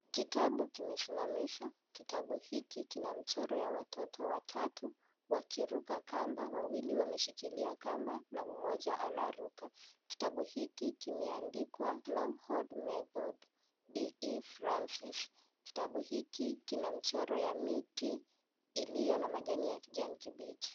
Kitabu kimesimamishwa . Kitabu hiki kina mchoro ya watoto watatu wakiruka kamba ,wawili wameshikilia kamba na mmoja anaruka. Kitabu hiki kimeandikwa Longhorn Methode de francais . Kitabu hiki kina michoro ya miti iliyo na majani ya kijani kibichi.